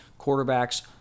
quarterbacks